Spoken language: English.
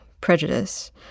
prejudice